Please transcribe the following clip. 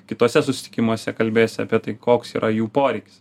kituose susitikimuose kalbėsi apie tai koks yra jų poreikis